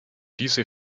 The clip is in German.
diese